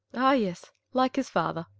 ah, yes like his father!